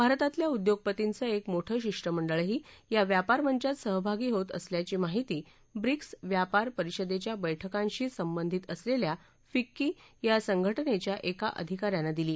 भारतातल्या उद्योगपतींचं एक मोठं शिष्टमंडळही या व्यापार मंचात सहभागी होत असल्याची माहिती ब्रिक्स व्यापार परिषदेच्या बैठकांशी संबंधित असलेल्या फिक्की या संघजेच्या एका अधिकाऱ्यानं दिली